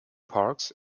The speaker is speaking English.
parks